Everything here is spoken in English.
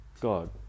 God